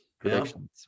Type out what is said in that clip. Predictions